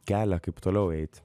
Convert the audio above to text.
kelią kaip toliau eit